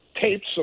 tapes